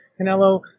Canelo